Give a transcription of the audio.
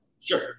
Sure